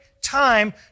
time